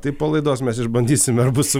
tai palaidos mes išbandysime ar bus